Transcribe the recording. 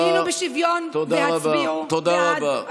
האמינו בשוויון תודה רבה.